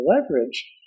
leverage